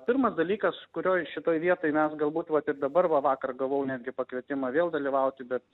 pirmas dalykas kurioj šitoj vietoj mes galbūt vat ir dabar va vakar gavau netgi pakvietimą vėl dalyvauti bet